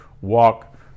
walk